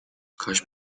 کاش